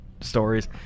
stories